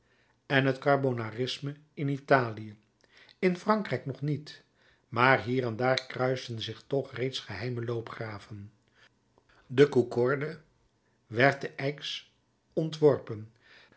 en het carbonarisme in italië in frankrijk nog niet maar hier en daar kruisten zich toch reeds geheime loopgraven de cougorde werd te aix ontworpen